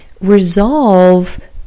resolve